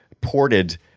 ported